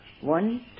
One